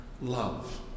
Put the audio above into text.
love